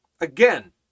again